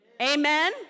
Amen